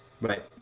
Right